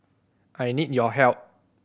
I need your help